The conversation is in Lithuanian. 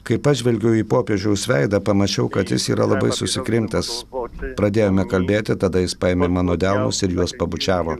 kai pažvelgiau į popiežiaus veidą pamačiau kad jis yra labai susikrimtęs pradėjome kalbėti tada jis paėmė mano delnus ir juos pabučiavo